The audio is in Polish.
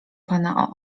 pana